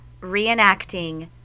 reenacting